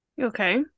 Okay